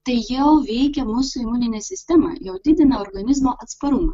tai jau veikia mūsų imuninę sistemą jau didina organizmo atsparumą